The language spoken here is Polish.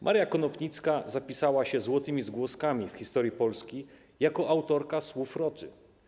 Maria Konopnicka zapisała się złotymi zgłoskami w historii Polski jako autorka słów Roty.